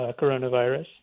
coronavirus